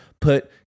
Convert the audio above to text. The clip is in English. Put